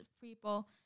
people